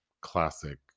classic